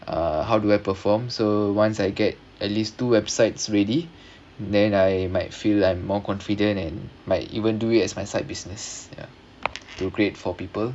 uh how do I performed so once I get at least two websites ready then I might feel I'm more confident and might even do it as my side business to create for people